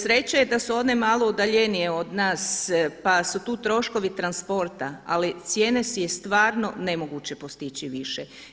Sreća je da su one malo udaljenije od nas pa su tu troškovi transporta, ali cijene je stvarno nemoguće postići više.